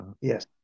Yes